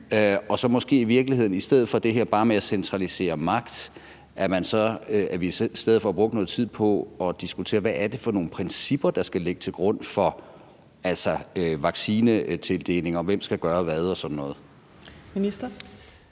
i stedet for bare at centralisere magt brugte noget tid på at diskutere: Hvad er det for nogle principper, der skal ligge til grund for vaccinetildeling, og hvem skal gøre hvad og sådan